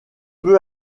peu